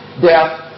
death